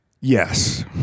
Yes